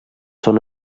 són